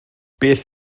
beth